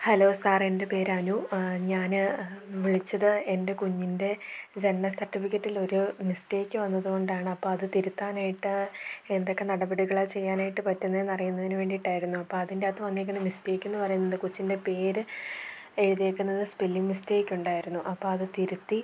hello sir എൻ്റെ പേർ അനു ഞാൻ വിളിച്ചത് എൻ്റെ കുഞ്ഞിൻ്റെ ജനന സർട്ടിഫിക്കറ്റിലൊരു മിസ്റ്റേക്ക് വന്നതു കൊണ്ടാണതപ്പോൾ അത് തിരുത്താനായിട്ട് എന്തൊക്കെ നടപടികളാണ് ചെയ്യാനായിട്ട് പറ്റുന്നതെന്നറിയുന്നതിനു വേണ്ടിയിട്ടായിരുന്നു അപ്പം അതിൻ്റകത്ത് വന്നിരിക്കുന്ന മിസ്റ്റേക്കെന്നു പറയുന്നത് കൊച്ചിൻ്റെ പേര് എഴുതിയിരിക്കുന്നത് സ്പെല്ലിംഗ് മിസ്റ്റേക്കുണ്ടായി അപ്പം അതു തിരുത്തി